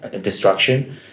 destruction